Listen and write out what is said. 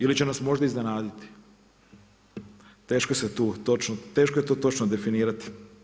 Ili će nas možda iznenaditi, teško je tu točno definirati.